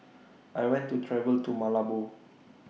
I want to travel to Malabo